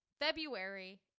february